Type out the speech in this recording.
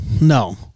no